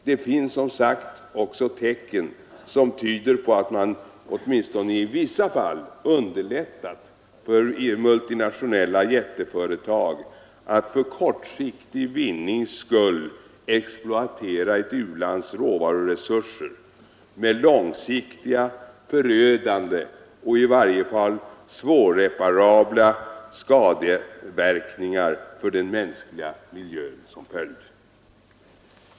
Det finns som sagt också tecken som tyder på att man åtminstone i vissa fall underlättat för multinationella jätteföretag att för kortsiktig vinnings skull exploatera ett lands råvaruresurser med långsiktiga förödande eller i varje fall svårreparabla skadeverkningar för den mänskliga miljön som följd.